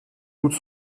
doute